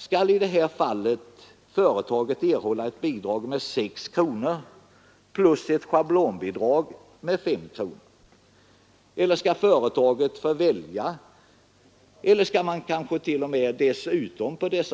Skall i detta fall företaget erhålla bidrag med 6 kronor plus ett schablonbidrag med 5 kronor? Eller skall företaget få välja? Eller skall man kanske t.o.m. dessutom kunna få